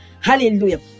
Hallelujah